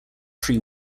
free